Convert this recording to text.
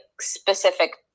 specific